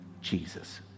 Jesus